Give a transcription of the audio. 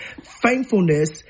thankfulness